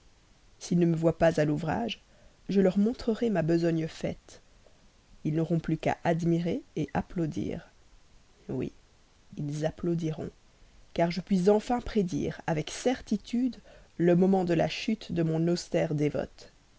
s'ils ne me voient pas à l'ouvrage je leur montrerai ma besogne faite ils n'auront plus qu'à admirer applaudir oui ils applaudiront car je puis enfin prédire avec certitude le moment de la chûte de mon austère dévote